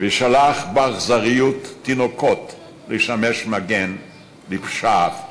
ושלח באכזריות תינוקות לשמש מגן לפשעיו.